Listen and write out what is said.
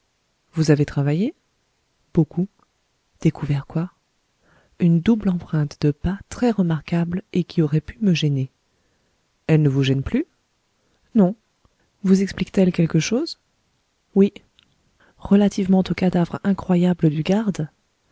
vous avez travaillé beaucoup découvert quoi une double empreinte de pas très remarquable et qui aurait pu me gêner elle ne vous gêne plus non vous explique t elle quelque chose oui relativement au cadavre incroyable du garde